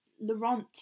Laurent